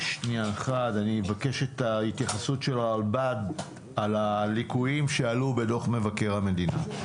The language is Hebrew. אני מבקש התייחסות של הרלב"ד לליקויים שעלו בדוח מבקר המדינה.